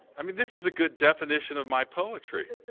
i mean, this is a good definition of my poetry.